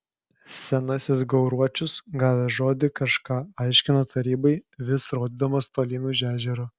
senasis gauruočius gavęs žodį kažką aiškino tarybai vis rodydamas tolyn už ežero